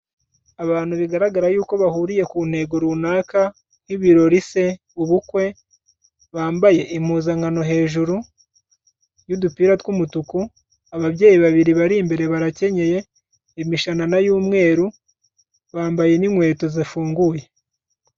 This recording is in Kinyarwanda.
Abantu bigaragara y'uko bahuriye ku ntego runaka nk'ibirori se, ubukwe, bambaye impuzankano hejuru y'udupira tw'umutuku, ababyeyi babiri bari imbere barakenye imishanana y'umweru, bambaye n'inkweto zifunguye.